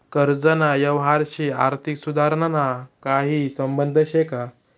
कर्जना यवहारशी आर्थिक सुधारणाना काही संबंध शे का?